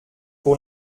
pour